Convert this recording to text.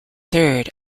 third